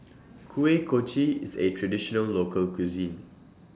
Kuih Kochi IS A Traditional Local Cuisine